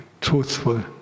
truthful